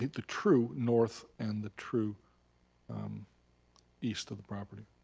the true north and the true east of the property.